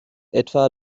etwa